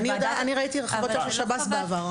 בעבר אני ראיתי חוות דעת של שירות בתי הסוהר.